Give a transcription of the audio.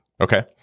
Okay